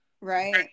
right